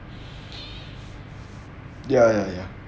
ya ya ya